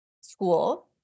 school